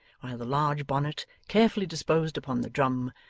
while the large bonnet, carefully disposed upon the drum,